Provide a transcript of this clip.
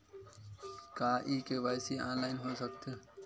का KYC online हो सकथे?